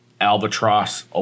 albatross